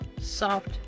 soft